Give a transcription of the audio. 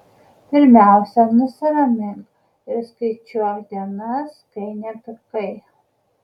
pirmiausia nusiramink ir skaičiuok dienas kai nepykai